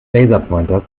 laserpointers